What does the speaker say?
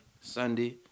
Sunday